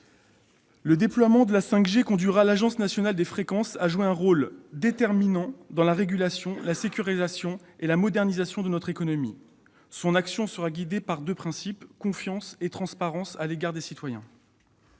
Le déploiement de la 5G conduira l'Agence nationale des fréquences à jouer un rôle déterminant dans la régulation, la sécurisation et la modernisation de notre économie. Son action sera guidée par deux principes : confiance et transparence à l'égard des citoyens.